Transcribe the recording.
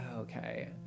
Okay